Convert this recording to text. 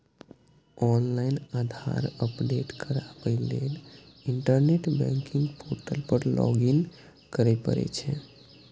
online Aadhaar update कराबै लेल internet banking portal पर लॉगइन करय पड़ै छै